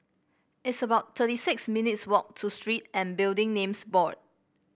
it's about thirty six minutes' walk to Street and Building Names Board